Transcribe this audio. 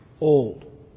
old